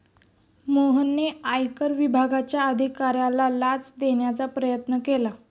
मोहनने आयकर विभागाच्या अधिकाऱ्याला लाच देण्याचा प्रयत्न केला